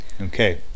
Okay